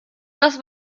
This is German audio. das